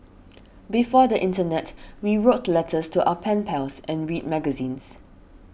before the internet we wrote letters to our pen pals and read magazines